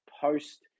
post